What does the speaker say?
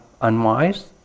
unwise